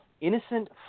innocent